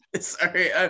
sorry